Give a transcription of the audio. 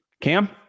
Cam